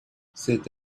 cet